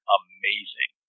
amazing